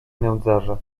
nędzarza